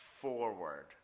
forward